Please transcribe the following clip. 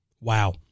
wow